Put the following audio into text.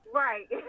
right